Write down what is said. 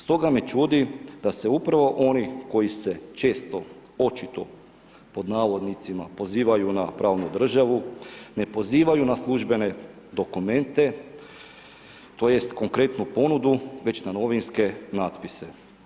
Stoga me čudi da se upravo oni koji se često očito pod navodnicima pozivaju na pravnu državu ne pozivaju na službene dokumente tj. konkretnu ponudu, već na novinske natpise.